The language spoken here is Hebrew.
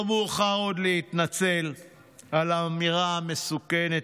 עוד לא מאוחר להתנצל על האמירה המסוכנת,